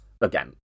Again